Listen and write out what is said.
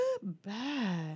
goodbye